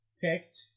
picked